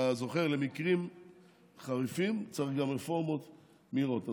אתה זוכר, למקרים חריפים צריך גם רפורמות מהירות.